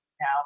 now